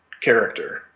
character